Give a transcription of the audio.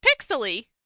pixely